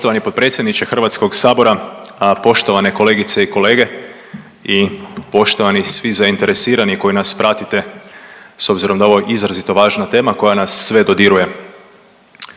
Poštovani potpredsjedniče HS-a, poštovane kolegice i kolege i poštovani svi zainteresirani koji nas pratite s obzirom da je ovo izrazito važna tema koja nas sve dodiruje.